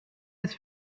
his